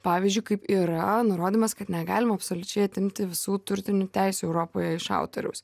pavyzdžiui kaip yra nurodymas kad negalima absoliučiai atimti visų turtinių teisių europoje iš autoriaus